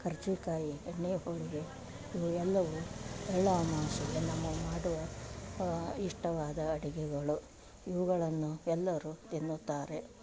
ಕರ್ಜೆ ಕಾಯಿ ಎಣ್ಣೆ ಹೋಳಿಗೆ ಇವು ಎಲ್ಲವು ಎಳ್ಳು ಅಮ್ವಾಸೆಗೆ ನಮ್ಮ ಮಾಡುವ ಇಷ್ಟವಾದ ಅಡಿಗೆಗಳು ಇವುಗಳನ್ನು ಎಲ್ಲರು ತಿನ್ನುತ್ತಾರೆ